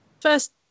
First